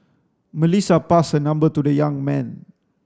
Melissa passed her number to the young man